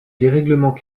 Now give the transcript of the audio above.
dérèglement